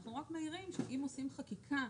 אנחנו רק מעירים שאם עושים חקיקה,